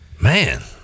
man